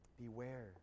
Beware